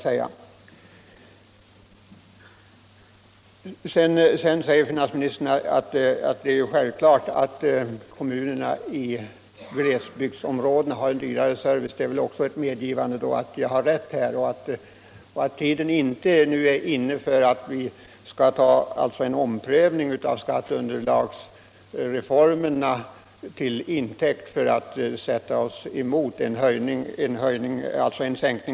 Sedan säger finansministern att det är självklart att kommunerna i glesbygdsområdena har dyrare service. Det är väl också ett medgivande att vi har rätt. Tiden är ännu inte inne för att ta en omprövning av skatteunderlagsreformerna till intäkt för att sätta oss emot en sänkning av arbetsgivaravgiften för det inre stödområdet.